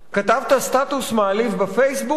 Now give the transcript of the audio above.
כתבת סטטוס מעליב ב"פייסבוק",